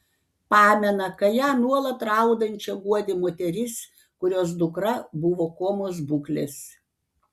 pamena kai ją nuolat raudančią guodė moteris kurios dukra buvo komos būklės